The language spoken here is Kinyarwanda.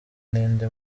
n’indi